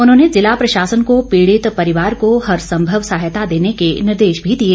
उन्होंने जिला प्रशासन को पीड़ित परिवार को हरसंभव सहायता के निर्देश भी दिए